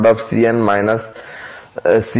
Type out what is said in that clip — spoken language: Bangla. c n